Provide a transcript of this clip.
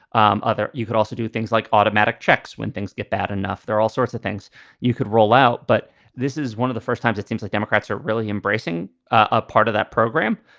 um other. you could also do things like automatic checks when things get bad enough. there are all sorts of things you could roll out. but this is one of the first times it seems like democrats are really embracing a part of that program.